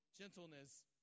gentleness